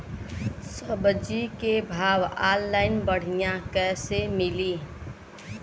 सब्जी के भाव ऑनलाइन बढ़ियां कइसे मिली?